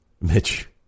Mitch